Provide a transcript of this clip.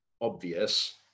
obvious